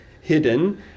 hidden